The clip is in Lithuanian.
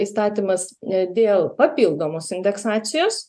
įstatymas e dėl papildomos indeksacijos